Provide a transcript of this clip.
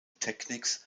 techniques